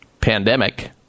pandemic